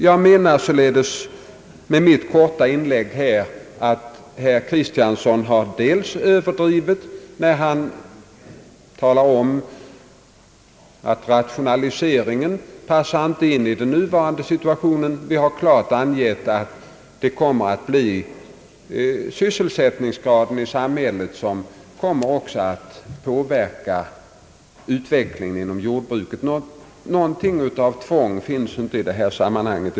Jag menar således att herr Kristiansson har överdrivit när han talat om att rationaliseringen inte passar in i den nuvarande situationen. Vi har klart angivit att det är sysselsättningsgraden i samhället som också kommer att påverka utvecklingen inom jordbruket. Någonting av tvång finns inte i sammanhanget.